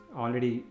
already